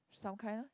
sometime